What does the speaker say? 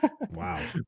wow